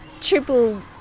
triple